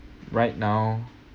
right now